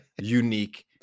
unique